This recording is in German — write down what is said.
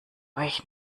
euch